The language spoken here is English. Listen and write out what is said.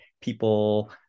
people